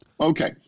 Okay